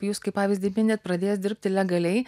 jūs kaip pavyzdį minit pradės dirbti legaliai